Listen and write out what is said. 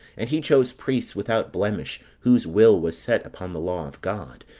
and he chose priests without blemish, whose will was set upon the law of god.